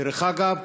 דרך אגב,